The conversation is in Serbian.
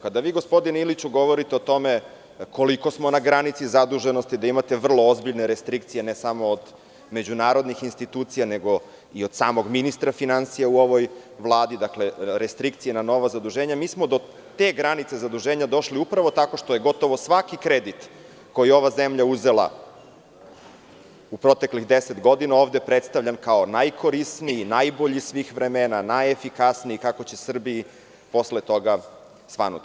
Kada vi gospodine Iliću govorite o tome koliko smo na granici zaduženosti, da imate vrlo ozbiljne restrikcije ne samo od međunarodnih institucija, nego i od samog ministra finansija u ovoj Vladi, dakle restrikcije na nova zaduženja, mi smo do te granice zaduženja došli, upravo tako što je gotovo svaki kredit koji je ova zemlja uzela u proteklih 10 godina, ovde predstavljan kao najkorisniji, najbolji svih vremena, najefikasniji, kako će Srbiji posle toga svanuti.